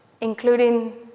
including